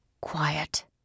Quiet